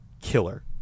killer